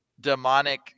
demonic